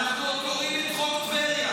אנחנו עוד קוראים את חוק טבריה.